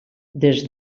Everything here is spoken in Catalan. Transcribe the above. des